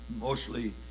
mostly